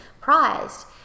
prized